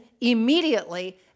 immediately